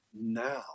now